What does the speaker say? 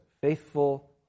faithful